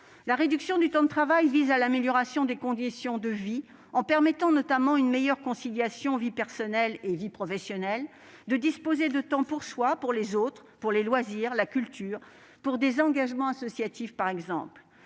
la cité. Elle vise à l'amélioration des conditions de vie en permettant, notamment, de mieux concilier la vie personnelle et la vie professionnelle, et de disposer de temps pour soi, pour les autres, pour les loisirs, la culture ou pour des engagements associatifs par exemple.